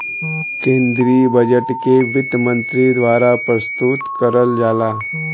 केन्द्रीय बजट के वित्त मन्त्री द्वारा प्रस्तुत करल जाला